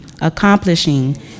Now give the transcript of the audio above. accomplishing